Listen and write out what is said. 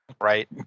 right